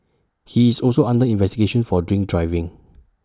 he is also under investigation for drink driving